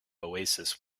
oasis